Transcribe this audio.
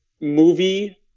movie